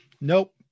nope